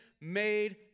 made